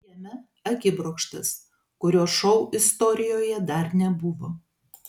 jame akibrokštas kurio šou istorijoje dar nebuvo